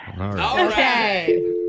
Okay